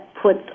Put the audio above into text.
put